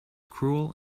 cruel